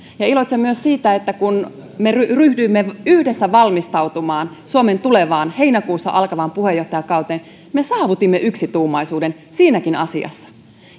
iloitsen myös siitä että kun me ryhdyimme yhdessä valmistautumaan suomen tulevaan heinäkuussa alkavaan puheenjohtajakauteen me saavutimme yksituumaisuuden siinäkin asiassa